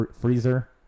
freezer